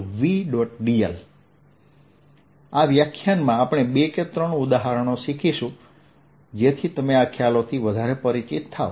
dl આ વ્યાખ્યાનમાં આપણે બે કે ત્રણ ઉદાહરણો શીખીશું છીએ જેથી તમે આ ખ્યાલોથી પરિચિત થાઓ